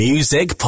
Music